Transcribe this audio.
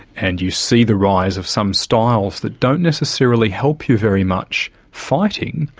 and you see the rise of some styles that don't necessarily help you very much fighting,